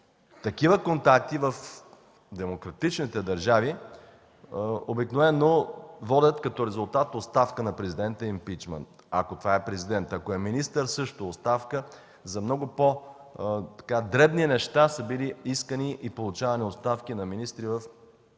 Такива контакти в демократичните държави обикновено водят като резултат до оставка на президента, импийчмънт, ако това е президент. Ако е министър – също оставка. За много по-дребни неща са били искани и получавани оставки на министри в държави